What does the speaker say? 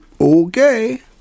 okay